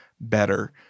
better